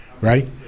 Right